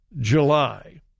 July